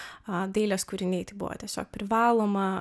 a dailės kūriniai tai buvo tiesiog privaloma